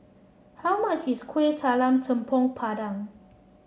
how much is Kueh Talam Tepong Pandan